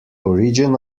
origin